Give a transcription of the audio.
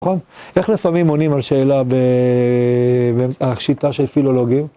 נכון? איך לפעמים עונים על שאלה ב... שיטה של פילולוגים?